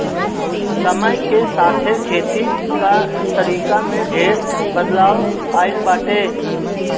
समय के साथे खेती के तरीका में ढेर बदलाव आइल बाटे